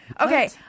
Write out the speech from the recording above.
okay